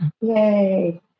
yay